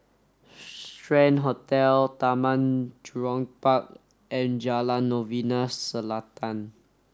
Strand Hotel Taman Jurong Park and Jalan Novena Selatan